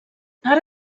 ara